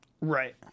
Right